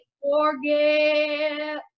forget